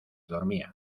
dormía